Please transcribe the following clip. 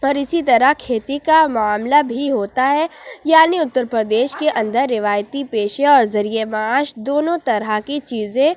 اور اِسی طرح کھیتی کا معاملہ بھی ہوتا ہے یعنی اُترپردیش کے اندر روایتی پیشے اور ذریعہ معاش دونوں طرح کی چیزیں